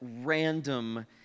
random